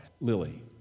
Lily